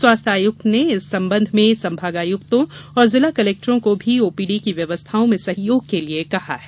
स्वास्थ्य आयुक्त ने इस संबंध में संभागायुक्तों और जिला कलेक्टरों को भी ओपीडी की व्यवस्थाओं में सहयोग के लिए कहा है